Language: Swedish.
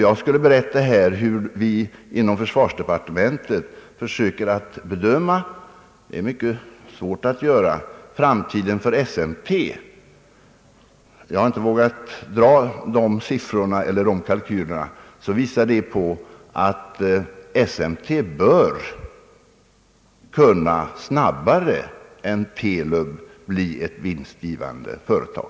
Det är mycket svårt att göra bedömningar för framtiden och jag har inte vågat lämna några sifferuppgifter från de kalkyler vi inom försvarsdepartementet försökt göra beträffande SMT, men jag vill nämna att dessa visar på att SMT snabbare än TELUB bör kunna bli ett vinstgivande företag.